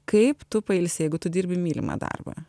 kaip tu pailsi jeigu tu dirbi mylimą darbą